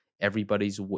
everybody's